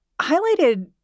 highlighted